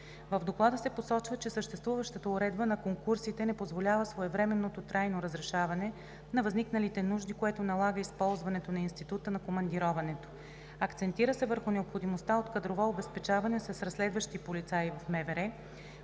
В Доклада се посочва, че съществуващата уредба на конкурсите не позволява своевременното трайно разрешаване на възникналите нужди, което налага използването на института на командироването. Акцентира се върху необходимостта от кадрово обезпечаване с разследващи полицаи в МВР,